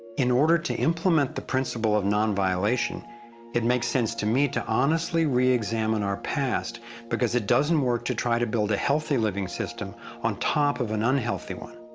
in order to implement the principle of non-violation it makes sense to me to honestly re-examine our past because it doesn't work to try to build a healthy living system on top of an unhealthy one.